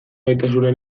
gaitasuna